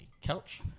couch